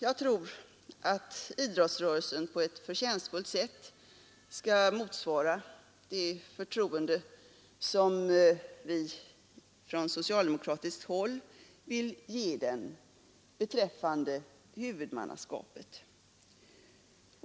Jag tror att idrottsrörelsen på ett förtjänstfullt sätt skall motsvara det förtroende vi från socialdemokratiskt håll vill ge den beträffande huvudmannaskapet.